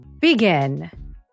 begin